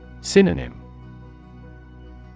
Synonym